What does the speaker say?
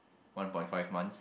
one point five months